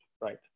right